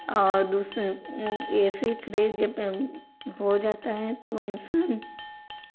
और दूसरा A C fridge पे हो जाता है तो वो इंसान